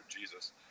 Jesus